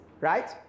right